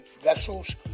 vessels